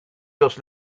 los